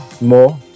more